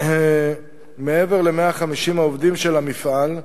מעבר ל-150 העובדים של המפעל,